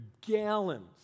gallons